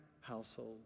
household